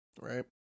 right